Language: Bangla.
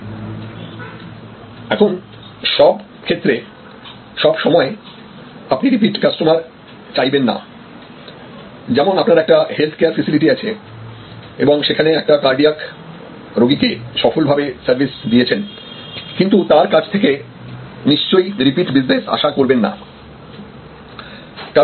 এখন অবশ্য সব ক্ষেত্রে সবসময় আপনি রিপিট কাস্টমার চাইবেন না যেমন আপনার একটা হেলথকেয়ার ফেসিলিটি আছে এবং সেখানে একটা কার্ডিয়াক রোগীকে সফলভাবে সার্ভিস দিয়েছেন কিন্তু তার কাছ থেকে নিশ্চয়ই রিপিট বিজনেস আশা করবেন না